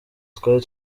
twari